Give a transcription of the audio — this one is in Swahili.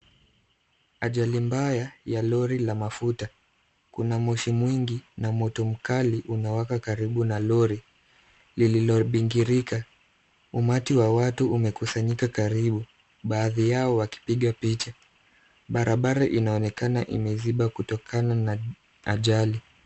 Ajali mbaya ya lori la mafuta. Kuna moshi mwingi na moto mkali unawaka karibu na lori lililobingirika. Umati wa watu umekusanyika karibu, baadhi yao wakipiga picha. Barabara inaonekana imeziba kutokana na ajali.